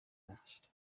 asked